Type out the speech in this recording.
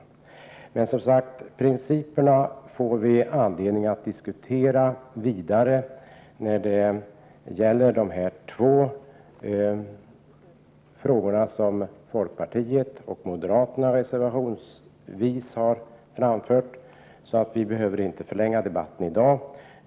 Vi kommer att få anledning att vidare diskutera principerna när det gäller de två frågor som folkpartiet och moderaterna reservationsvis har framfört, och därför behöver debatten i dag inte förlängas.